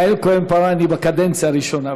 ויעל כהן-פארן היא בקדנציה הראשונה,